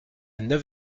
neuf